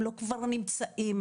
הם לא כבר נמצאים,